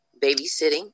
babysitting